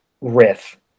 riff